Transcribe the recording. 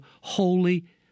Holy